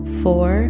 four